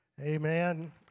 amen